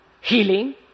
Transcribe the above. healing